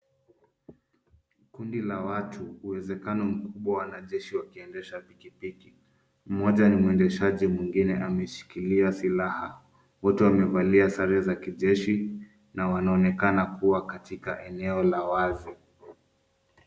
Kundi la watu, uwezekano mkubwa wanajeshi wakiendesha pikipiki. Mmoja ni mwendeshaji mwingine ameshikilia silaha. Wote wamevalia sare za kijeshi na wanaonekana kuwa katika eneo la wazi.